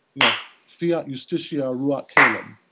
you know fiat justitia ruat caelum,